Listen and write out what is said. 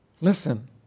Listen